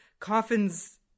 Coffins